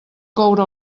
coure